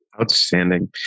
Outstanding